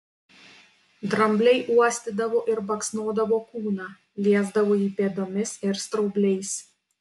drambliai uostydavo ir baksnodavo kūną liesdavo jį pėdomis ir straubliais